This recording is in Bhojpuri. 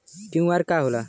क्यू.आर का होला?